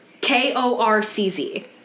K-O-R-C-Z